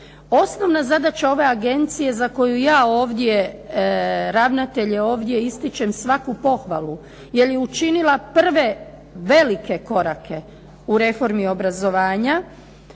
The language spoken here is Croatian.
Osnovna zadaća ove agencije za koju ja ovdje, ravnatelj je ovdje, ističem svaku pohvalu jer je učinila prve velike korake u reformi obrazovanja